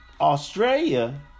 australia